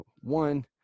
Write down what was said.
one